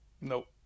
nope